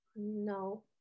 No